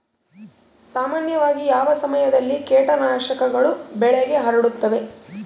ಸಾಮಾನ್ಯವಾಗಿ ಯಾವ ಸಮಯದಲ್ಲಿ ಕೇಟನಾಶಕಗಳು ಬೆಳೆಗೆ ಹರಡುತ್ತವೆ?